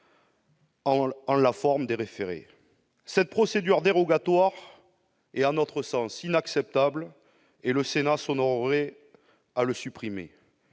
en la forme des référés. Cette procédure dérogatoire est, à notre sens, inacceptable. Le Sénat s'honorerait à la supprimer.